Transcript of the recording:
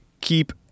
keep